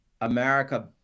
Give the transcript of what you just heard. America